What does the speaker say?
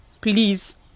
please